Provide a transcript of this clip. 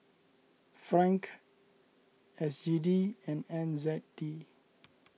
Franc S G D and N Z D